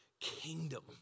kingdom